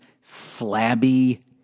flabby